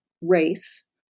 race